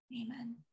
amen